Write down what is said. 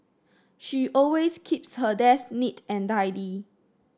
she always keeps her desk neat and tidy